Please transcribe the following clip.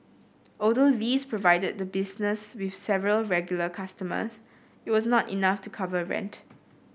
although these provided the business with several regular customers it was not enough to cover rent